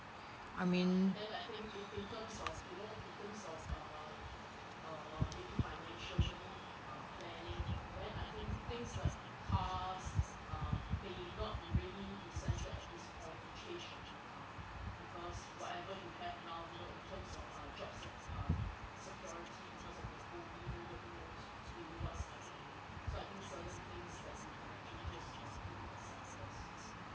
I mean